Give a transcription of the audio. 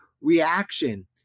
reaction